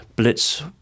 Blitz